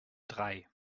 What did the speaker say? drei